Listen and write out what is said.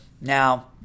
Now